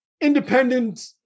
independent